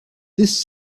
this